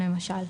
למשל.